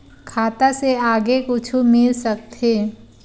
खाता से आगे कुछु मिल सकथे?